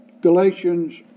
Galatians